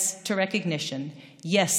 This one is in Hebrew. כן להכרה, כן